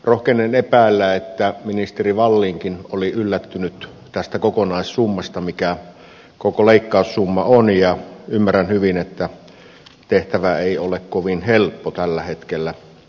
rohkenen epäillä että ministeri wallinkin oli yllättynyt tästä kokonaissummasta mikä koko leikkaussumma on ja ymmärrän hyvin että tehtävä ei ole kovin helppo tällä hetkellä